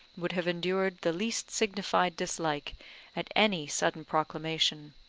would have endured the least signified dislike at any sudden proclamation.